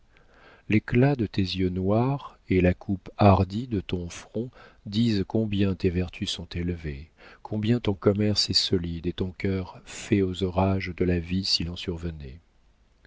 l'éclat de tes yeux noirs et la coupe hardie de ton front disent combien tes vertus sont élevées combien ton commerce est solide et ton cœur fait aux orages de la vie s'il en survenait